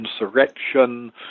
insurrection